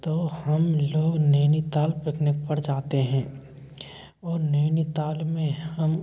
तो हम लोग नैनीताल पिकनिक पर जाते हैं और नैनीताल में हम